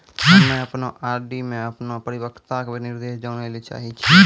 हम्मे अपनो आर.डी मे अपनो परिपक्वता निर्देश जानै ले चाहै छियै